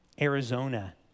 Arizona